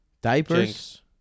diapers